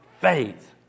faith